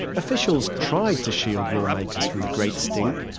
officials tried to shield lawmakers from the great stink,